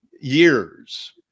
years